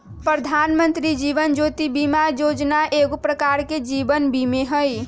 प्रधानमंत्री जीवन ज्योति बीमा जोजना एगो प्रकार के जीवन बीमें हइ